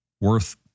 worth